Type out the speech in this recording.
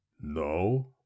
no